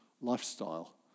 lifestyle